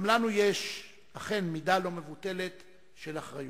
גם לנו יש מידה לא מבוטלת של אחריות.